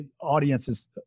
audiences